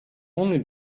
only